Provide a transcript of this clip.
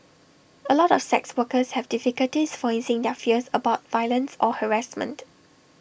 A lot of sex workers have difficulties voicing their fears about violence or harassment